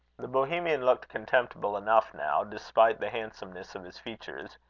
the bohemian looked contemptible enough now, despite the handsomeness of his features.